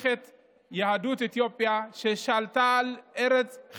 היא דיברה בהצעת החוק שלה על סל